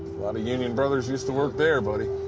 lot of union brothers used to work there, buddy.